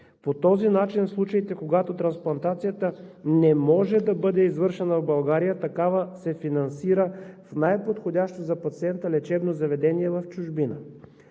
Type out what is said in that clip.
По този начин случаите, когато трансплантацията не може да бъде извършена в България, такава се финансира в най-подходящо за пациента лечебно заведение в чужбина.